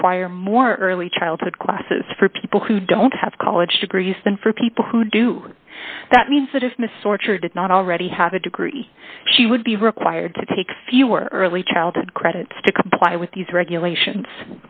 require more early childhood classes for people who don't have college degrees than for people who do that means that if miss orchard did not already have a degree she would be required to take fewer early child credits to comply with these regulations